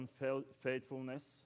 unfaithfulness